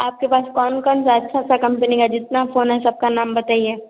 आपके पास कौन कौनसा अच्छा सा कम्पनी का जितना फ़ोन है सब का नाम बताइए